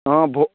ହଁ ଭୋ